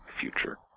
future